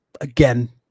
Again